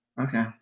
okay